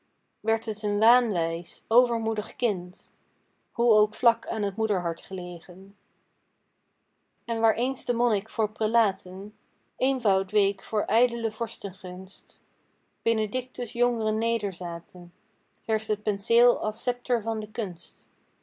werd t een waanwijs overmoedig kind hoe ook vlak aan t moederhart gelegen en waar eens de monnik voor prelaten eenvoud week voor ijdele vorstengunst benedictus jongren nederzaten heerscht t penceel als scepter van de kunst